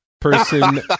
person